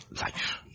life